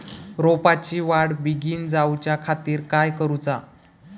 रोपाची वाढ बिगीन जाऊच्या खातीर काय करुचा?